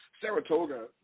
Saratoga